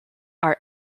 are